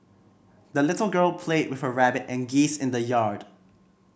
the little girl played with her rabbit and geese in the yard